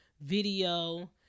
video